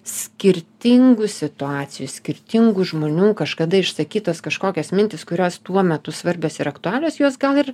skirtingų situacijų skirtingų žmonių kažkada išsakytos kažkokios mintys kurios tuo metu svarbios ir aktualios jos gal ir